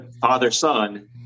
father-son